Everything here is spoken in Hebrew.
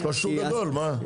יש לו שוק גדול מה?